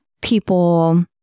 people